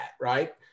right